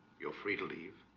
you're free to leave